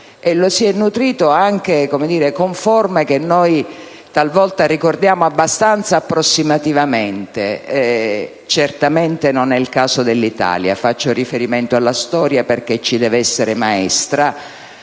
si è nutrita di questo, anche con forme che talvolta noi ricordiamo abbastanza approssimativamente. Certamente non è il caso dell'Italia (faccio riferimento alla storia perché ci deve essere maestra),